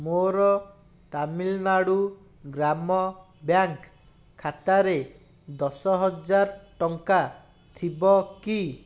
ମୋର ତାମିଲନାଡ଼ୁ ଗ୍ରାମ ବ୍ୟାଙ୍କ୍ ଖାତାରେ ଦଶହଜାର ଟଙ୍କା ଥିବ କି